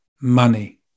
money